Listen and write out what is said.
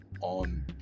on